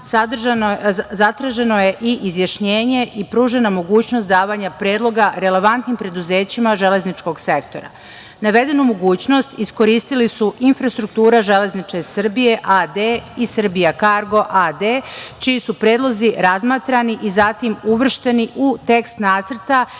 zatraženo je i izjašnjenje i pružena mogućnost davanja predloga relevantnim preduzećima železničkog sektora. Navedenu mogućnost iskoristili su „Infrastruktura železnice Srbije“ a.d. i „Srbija kargo“ a.d, čiji su predlozi razmatrani i zatim uvršteni u tekst nacrta